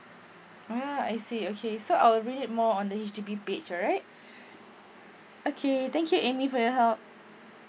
uh I see okay so I will read it more on the H_D_B page right okay thank you Amy for your help